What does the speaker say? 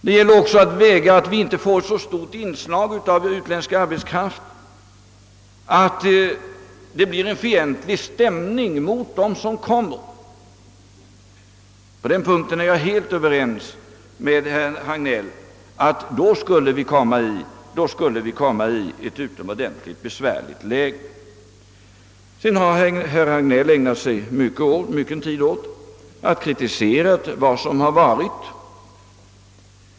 Man måste också se till att inslaget av utländsk arbetskraft inte blir så stort, att det uppstår en fientlig stämning mot de nyanlända. Sker det, hamnar vi i ett utomordentligt besvärligt läge. På den punkten är jag helt överens med herr Hagnell. Sedan ägnade herr Hagnell mycken tid åt att kritisera vad som varit.